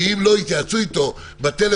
ואם לא אז יתייעצו איתו בטלפון,